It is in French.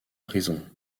prison